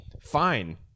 Fine